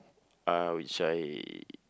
uh which I